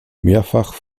mehrfach